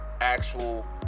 actual